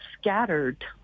scattered